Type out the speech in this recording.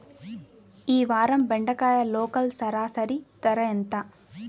ఈ వారం బెండకాయ లోకల్ సరాసరి ధర ఎంత?